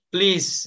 Please